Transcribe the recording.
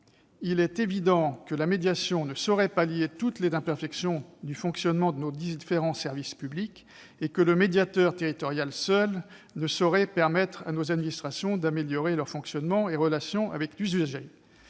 il est évident que la médiation ne saurait pallier toutes les imperfections du fonctionnement de nos différents services publics et que le médiateur territorial seul ne saurait permettre à nos administrations d'améliorer leurs fonctionnements et relations avec les usagers.